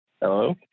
Hello